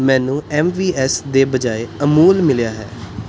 ਮੈਨੂੰ M V S ਦੀ ਬਜਾਏ ਅਮੂਲ ਮਿਲਿਆ ਹੈ